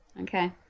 Okay